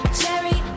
cherry